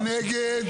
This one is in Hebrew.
מי נגד?